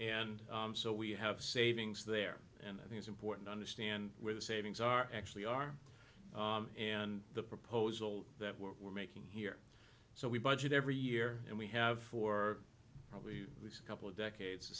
and so we have savings there and i think it's important to understand where the savings are actually are and the proposal that we're making here so we budget every year and we have for probably a couple of decades the